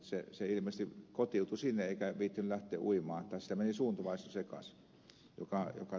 se ilmeisesti kotiutui sinne eikä viitsinyt lähteä uimaan tai sillä meni suuntavaisto sekaisin